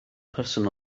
person